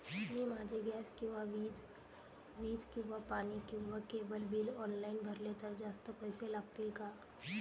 मी माझे गॅस किंवा वीज किंवा पाणी किंवा केबल बिल ऑनलाईन भरले तर जास्त पैसे लागतील का?